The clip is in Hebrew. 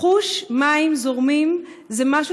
לחוש מים זורמים זה משהו,